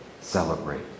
celebrate